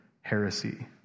heresy